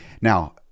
now